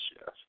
Yes